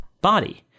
body